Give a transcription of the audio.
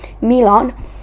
Milan